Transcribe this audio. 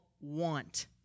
want